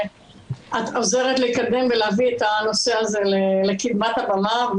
שאת עוזרת לקדם ולהביא את הנושא הזה לקדמת הבמה.